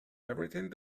everything